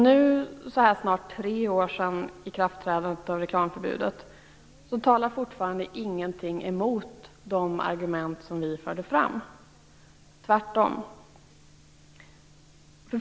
Nu, nästan tre år efter ikraftträdandet av reklamförbudet, talar fortfarande ingenting emot de argument vi förde fram. Tvärtom.